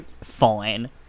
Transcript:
fine